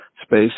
Space